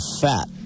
fat